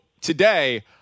today